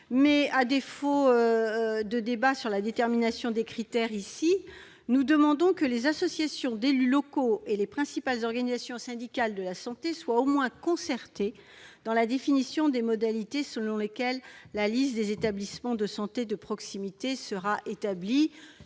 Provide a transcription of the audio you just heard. À défaut de débats sur la détermination des critères, nous demandons que les associations d'élus locaux et les principales organisations syndicales de la santé soient au moins consultées dans la définition des modalités selon lesquelles la liste des établissements de santé de proximité sera établie.